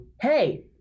Hey